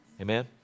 Amen